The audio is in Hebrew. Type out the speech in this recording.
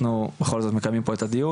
אנחנו בכל זאת מקיימים פה את הדיון,